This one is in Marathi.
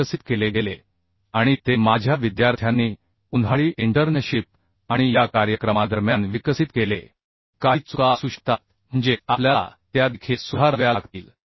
ते विकसित केले गेले आणि ते माझ्या विद्यार्थ्यांनी उन्हाळी इंटर्नशिप आणि या कार्यक्रमादरम्यान विकसित केले काही चुका असू शकतात म्हणजे आपल्याला त्या देखील सुधाराव्या लागतील